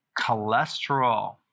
cholesterol